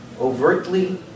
overtly